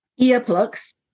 Earplugs